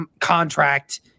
contract